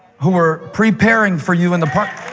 who were preparing for you in the parking